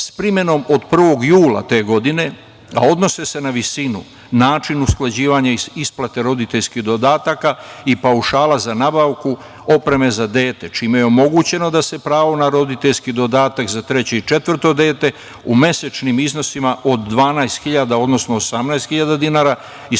s primenom od 1. jula te godine, a odnose se na visinu, način usklađivanja isplate roditeljskih dodataka i paušala za nabavku opreme za dete, čime je omogućeno da se pravo na roditeljski dodatak za treće i četvrto dete u mesečnim iznosima od 12.000, odnosno 18.000 dinara isplaćuje